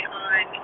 on